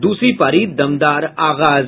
दूसरी परी दमदार आगाज